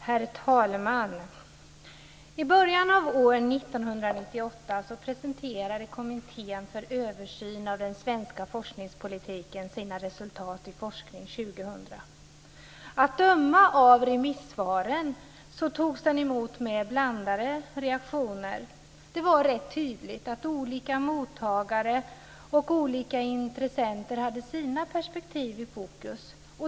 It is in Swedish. Herr talman! I början av år 1998 presenterade Kommittén för översyn av den svenska forskningspolitiken sina resultat i Forskning 2000. Att döma av remissvaren togs den emot med blandade reaktioner. Det var rätt tydligt att olika mottagare och olika intressenter hade sina perspektiv i fokus.